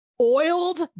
oiled